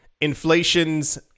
Inflations